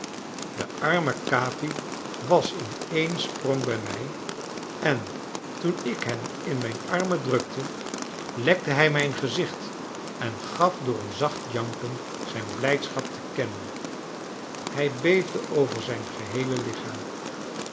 de arme capi was in een sprong bij mij en toen ik hem in mijn armen drukte lekte hij mijn gezicht en gaf door een zacht janken zijn blijdschap te kennen hij beefde over zijn geheele lichaam